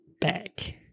back